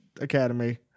academy